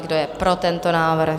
Kdo je pro tento návrh?